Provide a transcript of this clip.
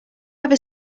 ever